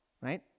right